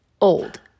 old